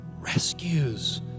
rescues